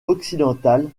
occidental